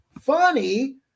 funny